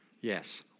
Yes